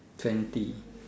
twenty